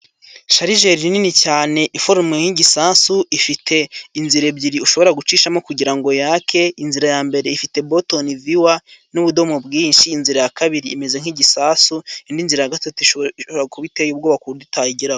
Sharijeri nini cyane iforomwe nk'igisasu, ifite inzira ebyiri ushobora gucishamo kugira ngo yake. Inzira ya mbere ifite botoni viyuwa n'ubudomo bwinshi , inzira ya kabiri imeze nk'igisasu , indi nzira ya gatatu ishobora kuba iteye ubwoba ku buryo utayigeramo.